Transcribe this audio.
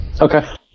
Okay